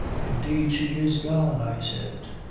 indeed she is gone, i said.